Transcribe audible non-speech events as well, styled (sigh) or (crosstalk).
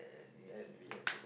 is uh (noise)